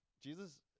Jesus